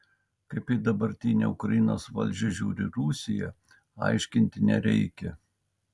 kaip į dabartinę ukrainos valdžią žiūri rusija aiškinti nereikia